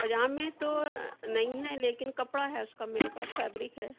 پاجامے تو نہیں ہیں لیکن کپڑا ہے اس کا میرے پاس فیبرک ہے